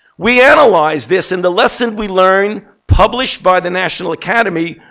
we analyzed this. and the lesson we learned, published by the national academy,